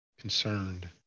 concerned